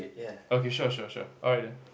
okay sure sure sure alright